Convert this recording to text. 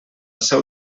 seu